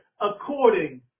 according